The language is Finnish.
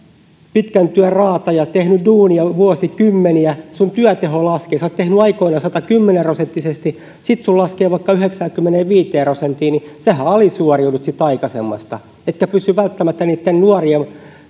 pitkän työn raatajalla tehnyt duunia vuosikymmeniä työteho laskee kun sinä olet tehnyt aikoinaan satakymmentä prosenttisesti ja sitten sinulla laskee vaikka yhdeksäänkymmeneenviiteen prosenttiin niin sinähän alisuoriudut siitä aikaisemmasta etkä pysy välttämättä niiden nuorien